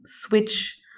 switch